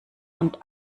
und